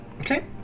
Okay